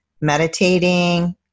meditating